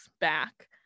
back